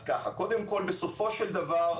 בסופו של דבר,